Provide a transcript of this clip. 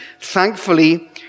Thankfully